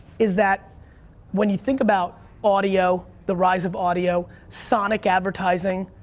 is that when you think about audio, the rise of audio, sonic advertising,